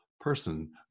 person